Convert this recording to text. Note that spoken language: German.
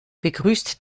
begrüßt